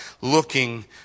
Looking